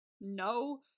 no